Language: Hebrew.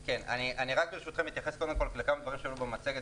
ברשותכם, אתייחס לכמה דברים שעלו במצגת